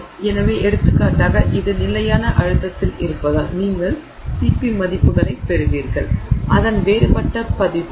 எனவே எடுத்துக்காட்டாக இது நிலையான அழுத்தத்தில் இருப்பதால் நீங்கள் Cp மதிப்புகளைப் பெறுவீர்கள் அதன் வேறுபட்ட பதிப்பும்